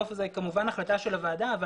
בסוף זו כמובן החלטה של הוועדה.